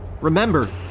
Remember